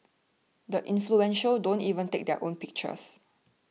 the influential don't even take their own photos